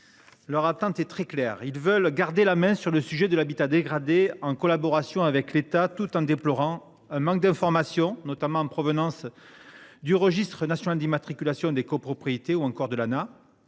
Leur attente est très claire : garder la main sur le sujet de l’habitat dégradé, en collaboration avec l’État. Toutefois, ils déplorent un manque d’information, notamment en provenance du registre national d’immatriculation des copropriétés ou encore de l’Anah,